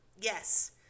Yes